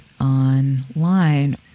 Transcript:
online